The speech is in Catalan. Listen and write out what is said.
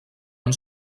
han